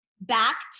back